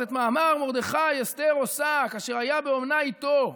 אז "את מאמר מרדכי אסתר עושה כאשר היתה באומנה אתו".